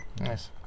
Nice